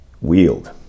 Wield